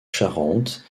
charente